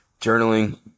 Journaling